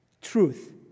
Truth